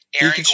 Aaron